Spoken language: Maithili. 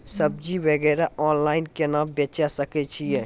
सब्जी वगैरह ऑनलाइन केना बेचे सकय छियै?